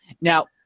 Now